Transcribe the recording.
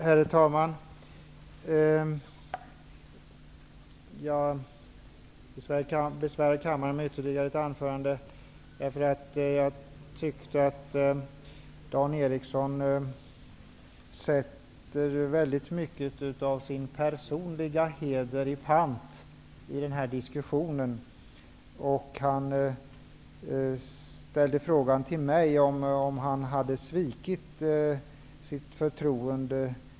Herr talman! Jag måste besvära kammaren med ytterligare ett anförande därför att jag för det första tyckte att Dan Eriksson i Stockholm sätter väldigt mycket av sin personliga heder i pant i den här diskussionen. Han ställde frågan till mig om jag tycker att han har svikit mitt förtroende.